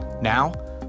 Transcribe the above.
Now